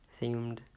themed